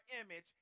image